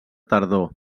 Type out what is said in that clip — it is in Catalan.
tardor